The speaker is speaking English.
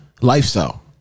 lifestyle